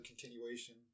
continuation